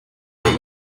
der